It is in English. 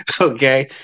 Okay